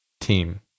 team